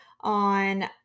on